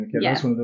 yes